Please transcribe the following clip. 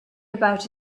about